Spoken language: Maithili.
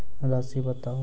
राशि बताउ